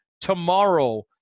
tomorrow